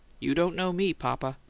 you don't know me, papa!